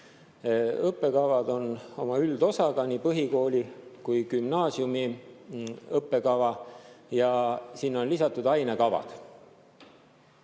Õppekavad on oma üldosaga, nii põhikooli kui ka gümnaasiumi õppekava, ja sinna on lisatud ainekavad.